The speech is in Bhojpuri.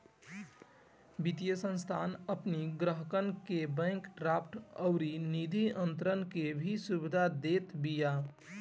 वित्तीय संस्थान अपनी ग्राहकन के बैंक ड्राफ्ट अउरी निधि अंतरण के भी सुविधा देत बिया